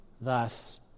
thus